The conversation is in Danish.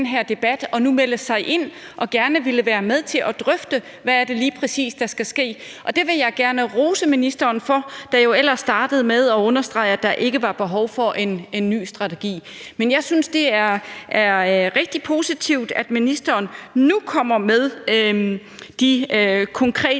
her debat og nu melde sig ind og gerne ville være med til at drøfte, hvad det er, der lige præcis skal ske. Det vil jeg gerne rose ministeren for, der jo ellers startede med at understrege, at der ikke var behov for en ny strategi. Men jeg synes, det er rigtig positivt, at ministeren nu kommer med de konkrete